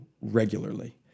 regularly